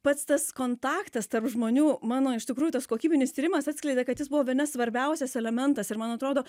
pats tas kontaktas tarp žmonių mano iš tikrųjų tas kokybinis tyrimas atskleidė kad jis buvo bene svarbiausias elementas ir man atrodo